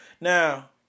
Now